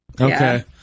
okay